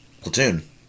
Platoon